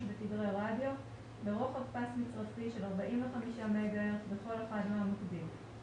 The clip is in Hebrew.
בתדרי רדיו ברוחב פס מצרפי של 45 מגה-הרץ בכל אחד מהמוקדים.